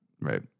Right